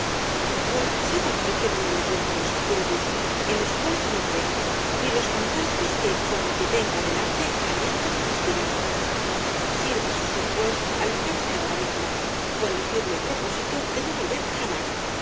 pues sepa usted que no me amedrentan los espíritus en los cuales no creo ni los fantasmas que como el que tengo delante alientan y respiran sírvase usted pues alejarse ahora mismo con el firme propósito de no volver jamás